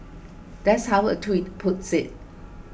that's how a tweet puts it